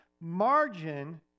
margin